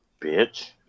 Bitch